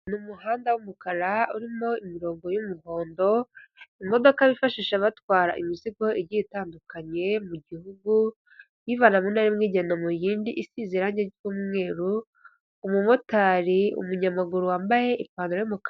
Umuhanda w'umukara urimo imirongo y'umuhondo, imodoka bifashisha batwara imizigo igiye itandukanye mu gihugu, iyivana mu ntara imwe iyijyana mu yindi, isize irange ry''umweru, umumotari, umunyamaguru wambaye ipantaro' y'umukara.